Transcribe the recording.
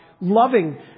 loving